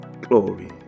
glory